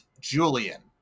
Julian